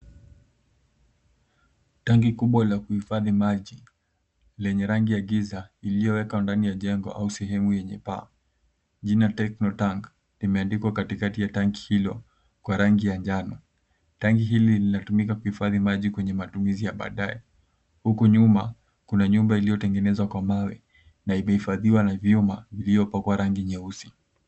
Tanki kubwa la kuhifadhi maji, lenye rangi ya giza iliyowekwa ndani ya jengo au sehemu yenye paa. Jina TeknoTank limeandikwa katikati ya tanki hilo kwa rangi ya njano. Tanki hili linatumika kuhifadhi maji kwenye matumizi ya baadae. Huku nyuma kuna nyumba iliyotengenezwa kwa mawe na imehifadhiwa na vyuma, iliyopakwa rangi nyeusi.